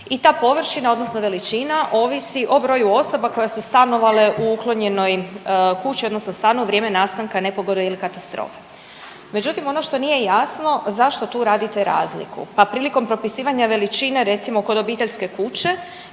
i ta površina odnosno veličina ovisi o broju osoba koje su stanovale u uklonjenoj kući odnosno stanu u vrijeme nastanka nepogode ili katastrofe, međutim ono što nije jasno zašto tu radite razliku? Pa prilikom propisivanja veličine recimo kod obiteljske kuće